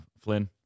Flynn